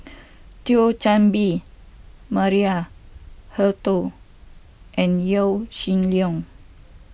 Thio Chan Bee Maria Hertogh and Yaw Shin Leong